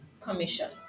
commission